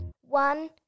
One